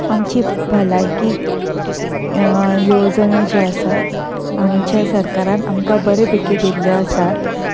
आमची भलायकी येवजण्यो ज्यो आसात आमच्या सरकारान आमकां बऱ्या पैकी दिल्ल्यो आसात